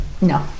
No